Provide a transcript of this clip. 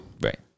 right